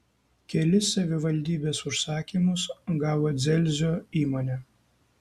kelis savivaldybės užsakymus gavo dzelzio įmonė